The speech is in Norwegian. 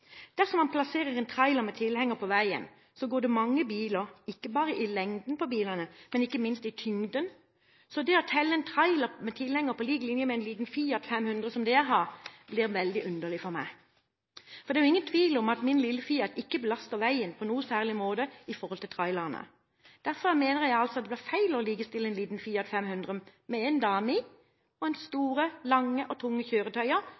Dersom man plasserer en trailer med tilhenger på veien, går det mange biler på den – ikke bare i lengde, men også i tyngde. Så det å telle en trailer med tilhenger på lik linje med en liten Fiat 500, som jeg har, blir veldig underlig for meg. Det er ingen tvil om at min lille Fiat ikke belaster veien på noen særlig måte i forhold til trailerne. Derfor mener jeg at det blir feil å likestille en liten Fiat 500 – med en dame i – med store, lange og tunge